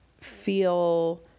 feel